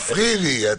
בשבילו.